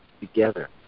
together